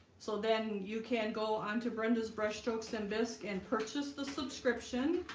so then you can go on to brenda's brushstrokes and bisque and purchase the subscription